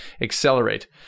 accelerate